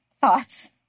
Thoughts